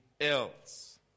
else